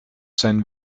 sein